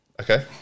okay